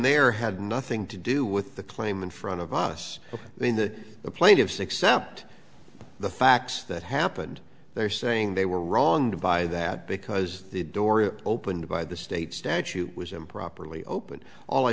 there had nothing to do with the claim in front of us then that the plaintiffs accept the fact that happened they're saying they were wrong to buy that because the door opened by the state statute was improperly opened all i